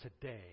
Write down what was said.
today